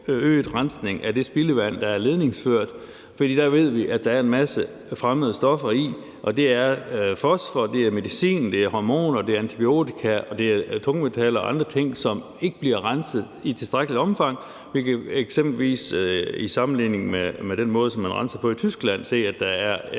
øget rensning af det spildevand, der er ledningsført. For der ved vi, at der er en masse fremmede stoffer i, og det er fosfor, det er medicin, det er hormoner, det er antibiotika, og det er tungmetaller og andre ting, som ikke bliver renset i tilstrækkeligt omfang, eksempelvis i sammenligning med den måde, som man renser på i Tyskland. Der kan man se,